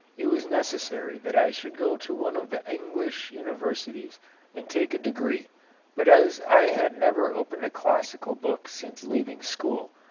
it was necessary that i should go to one of the english universities and take a degree but as i had never opened a classical book since leaving school,